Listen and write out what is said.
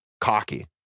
cocky